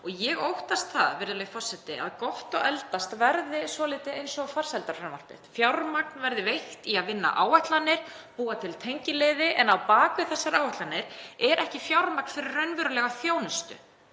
Ég óttast það, virðulegi forseti, að Gott að eldast verði svolítið eins og farsældarfrumvarpið; fjármagn verði veitt í að vinna áætlanir og búa til tengiliði en á bak við þessar áætlanir sé ekki fjármagn fyrir raunverulega þjónustu.